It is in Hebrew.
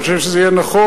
אני חושב שזה יהיה נכון.